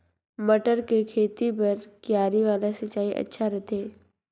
मटर के खेती बर क्यारी वाला सिंचाई अच्छा रथे?